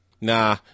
Nah